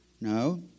No